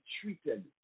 treated